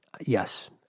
Yes